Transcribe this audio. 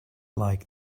like